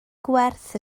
gwerth